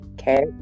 okay